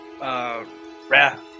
wrath